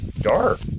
dark